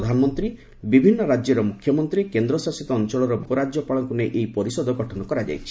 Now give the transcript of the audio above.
ପ୍ରଧାନମନ୍ତ୍ରୀ ବିଭିନ୍ନ ରାଜ୍ୟର ମୁଖ୍ୟମନ୍ତ୍ରୀ କେନ୍ଦ୍ରଶାସିତ ଅଞ୍ଚଳର ଉପରାଜ୍ୟପାଳମାନଙ୍କୁ ନେଇ ଏହି ପରିଷଦ ଗଠନ କରାଯାଇଛି